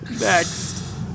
Next